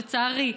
לצערי,